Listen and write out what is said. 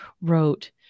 wrote